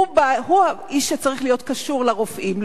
הוא שצריך להיות קשור לרופאים?